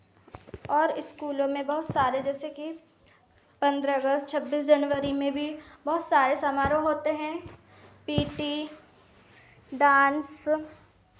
और इस्कूलों में बहुत सारे जैसे कि पन्द्रह अगस्त छब्बीस जनवरी में भी बहुत सारे समारोह होते हैं पी टी डांस